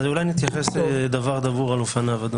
אולי אני אתייחס לדבר דבור על אופניו.